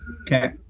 Okay